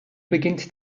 beginnt